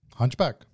Hunchback